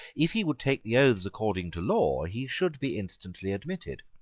if he would take the oaths according to law, he should be instantly admitted.